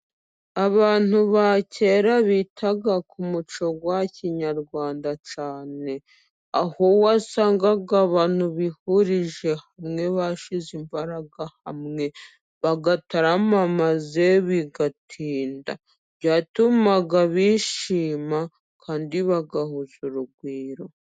Abantu ba kera bitaga ku muco wa kinyarwanda cyane, aho wasangaga abantu bihurije bamwe bashyize imbaraga hamwe, bagatarama maze bigatinda, byatumaga bishima kandi bagahuza urugwiro.